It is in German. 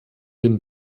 den